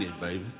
baby